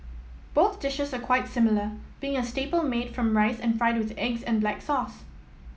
both dishes are quite similar being a staple made from rice and fried with eggs and black sauce